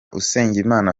usengimana